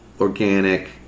organic